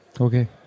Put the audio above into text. okay